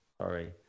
Sorry